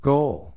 Goal